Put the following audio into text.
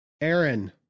Aaron